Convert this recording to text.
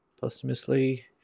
posthumously